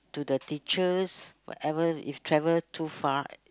to the teachers whatever if travel too far